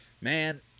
man